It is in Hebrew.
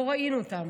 לא ראינו אותם.